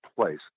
place